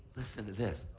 listen to this.